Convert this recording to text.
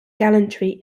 gallantry